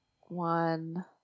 one